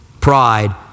pride